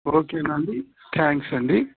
ఓకేనాండి thanks అండి